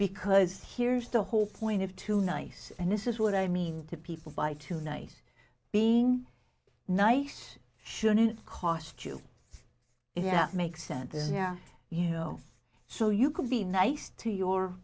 because here's the whole point of too nice and this is what i mean to people by tonight being nice shouldn't cost you yeah makes sense yeah you know so you could be nice to your